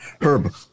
herb